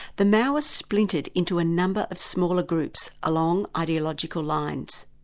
the maoists splintered into a number of smaller groups along ideological lines.